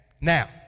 Now